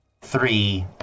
three